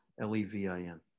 L-E-V-I-N